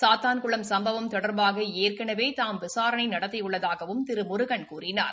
சாத்தான்குளம் சம்பவம் தொடா்பாக ஏற்கனவே தாம் விசாரணை நடத்தியுள்ளதாகவும் திரு முருகன் கூறினார்